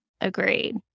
Agreed